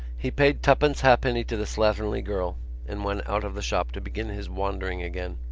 he paid twopence halfpenny to the slatternly girl and went out of the shop to begin his wandering again.